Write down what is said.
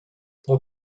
son